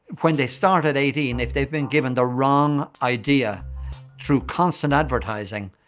when they start at eighteen. if they've been given the wrong idea through constant advertising,